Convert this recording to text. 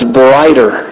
brighter